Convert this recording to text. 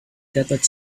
gathered